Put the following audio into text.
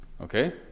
Okay